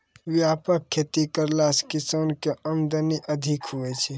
व्यापक खेती करला से किसान के आमदनी अधिक हुवै छै